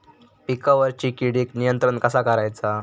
पिकावरची किडीक नियंत्रण कसा करायचा?